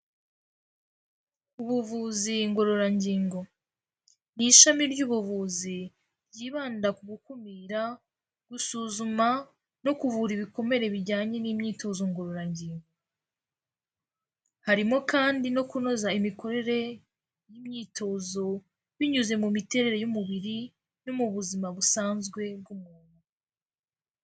Ubuvuzi ingororangingo, ni ishami ry'ubuvuzi ryibanda ku gukumira gusuzuma no kuvura ibikomere bijyanye n'imyitozo ngororangingo, harimo kandi no kunoza imikorere y'imyitozo binyuze mu miterere y'umubiri no mu buzima busanzwe bw'umuntu.